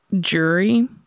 jury